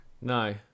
No